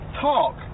talk